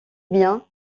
bien